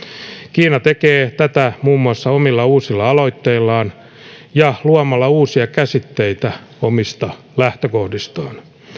kiina tekee tätä muun muassa omilla uusilla aloitteillaan ja luomalla uusia käsitteitä omista lähtökohdistaan